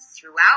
throughout